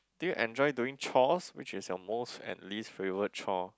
do you enjoy doing chores which is your most and least favorite chore